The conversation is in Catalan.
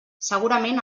segurament